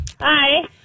hi